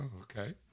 okay